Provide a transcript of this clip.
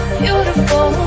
beautiful